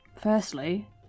Firstly